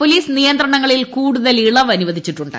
police നിയന്ത്രണങ്ങളിൽ കൂടുതൽ ഇളവ് അനുവദിച്ചിട്ടുണ്ട്